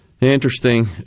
interesting